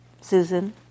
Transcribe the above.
Susan